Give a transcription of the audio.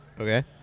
Okay